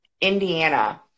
Indiana